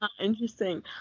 interesting